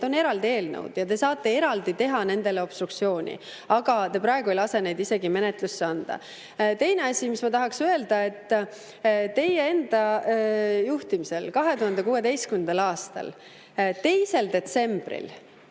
on eraldi eelnõud ja te saate teha nendele eraldi obstruktsiooni. Aga praegu te ei lase neid isegi menetlusse anda. Teine asi, mis ma tahan öelda, on see, et teie juhtimisel 2016. aastal 2. detsembril